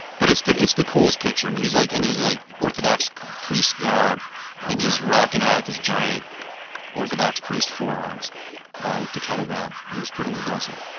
but it's the it's the coolest picture. he is like in his like orthodox priest garb and just rocking it out this giant orthodox priest forearms with the kettle bell. it was pretty impressive.